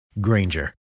Granger